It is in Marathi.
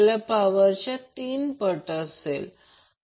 तर हा अँगल 30° आहे याचा अर्थ हा अँगल 30° असेल